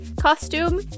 costume